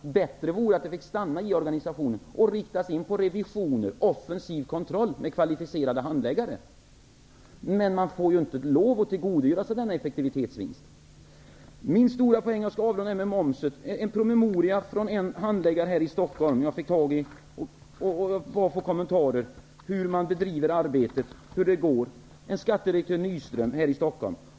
Men bättre vore, om de fick stanna i organisationen och riktas in på revision och offensiv kontroll med hjälp av kvalificerade handläggare. Men man får inte tillgodogöra sig denna effektivitetsvinst. Jag har frågat skattedirektör Nyström, som är handläggare här i Stockholm, hur man bedriver arbetet.